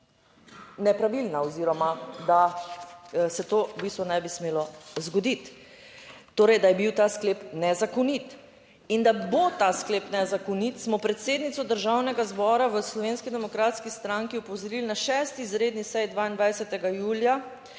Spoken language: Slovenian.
nepravilna oziroma da se to v bistvu ne bi smelo zgoditi. Torej, da je bil ta sklep nezakonit. In da bo ta sklep nezakonit smo predsednico Državnega zbora v Slovenski demokratski stranki opozorili na 6. izredni seji, 22. julija